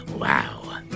Wow